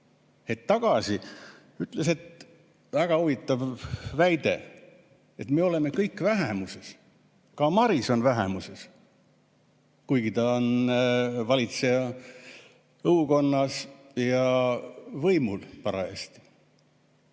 tagasi ütles – väga huvitav väide –, et me oleme kõik vähemuses. Ka Maris on vähemuses, kuigi ta on valitseja õukonnas ja võimul parajasti.